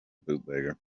bootlegger